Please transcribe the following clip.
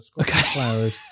okay